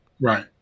Right